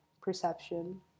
perception